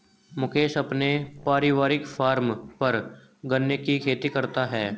मुकेश अपने पारिवारिक फॉर्म पर गन्ने की खेती करता है